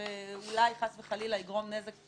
ואולי חס וחלילה יגרום נזק